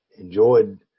enjoyed